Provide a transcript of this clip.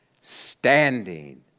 Standing